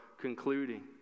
concluding